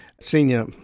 senior